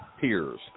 peers